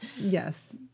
Yes